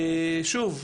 שוב,